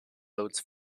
votes